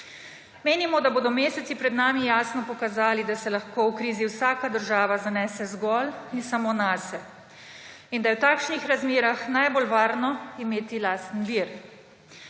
Menimo, da bodo meseci pred nami jasno pokazali, da se lahko v krizi vsaka država zanese zgolj in samo na sebe in da je v takšnih razmerah najbolj varno imeti lastni vir.